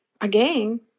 again